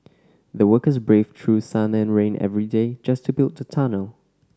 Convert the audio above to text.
the workers braved through sun and rain every day just to build the tunnel